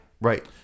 Right